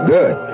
Good